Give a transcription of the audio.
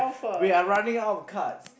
wait I running out of cards